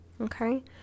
Okay